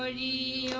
ah e